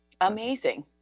Amazing